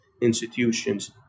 institutions